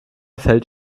fällt